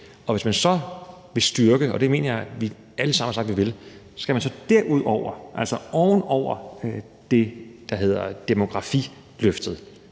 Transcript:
Hvis man så vil styrke området – og det mener jeg vi alle sammen har sagt vi vil – skal vi derudover, altså oven over det, der hedder demografiløftet,